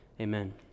Amen